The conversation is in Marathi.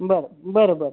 बरं बरं बरं